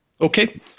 okay